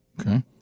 Okay